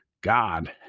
God